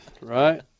right